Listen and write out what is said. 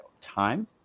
time